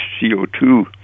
CO2